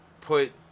put